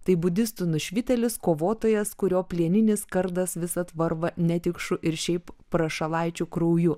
tai budistų nušvitėlis kovotojas kurio plieninis kardas visad varva netikšų ir šiaip prašalaičių krauju